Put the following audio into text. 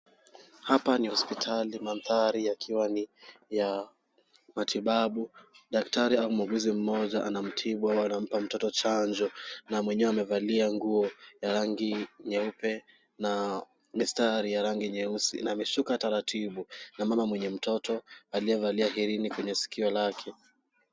Hapa ni hospitali mandhari yakiwa ni ya matibabu. Daktari au muuguzi mmoja anamtibu au anampa mtoto chanjo na mwenyewe amevalia nguo ya rangi nyeupe na mistari ya rangi nyeusi na ameshuka taratibu na mama mwenye mtoto aliyevalia herini kwenye sikio lake.